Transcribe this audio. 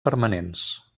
permanents